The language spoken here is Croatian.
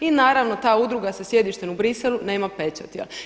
I naravno ta udruga sa sjedištem u Bruxellesu nema pečat.